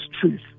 truth